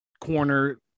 corner